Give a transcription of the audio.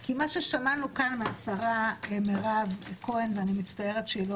כי מה ששמענו כאן מהשרה מירב כהן ואני מצטערת שהיא